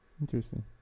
Interesting